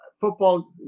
football